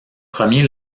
premier